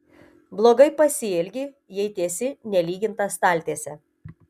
blogai pasielgi jei tiesi nelygintą staltiesę